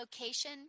location